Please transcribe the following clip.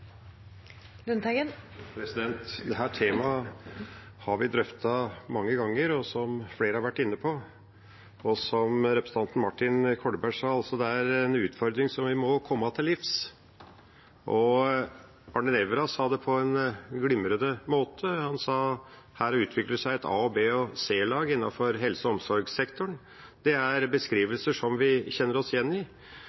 temaet har vi drøftet mange ganger. Som flere har vært inne på, og som representanten Martin Kolberg sa, er det en utfordring som vi må komme til livs. Arne Nævra sa det på en glimrende måte; han sa at det utvikler seg a-, b- og c-lag innenfor helse- og omsorgssektoren. Det er